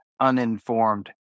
uninformed